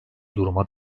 duruma